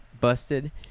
busted